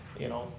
you know,